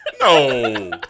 No